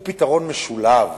הוא פתרון משולב,